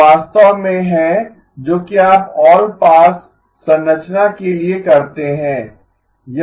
वह वास्तव में है जो कि आप ऑलपास संरचना के लिए करते हैं